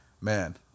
man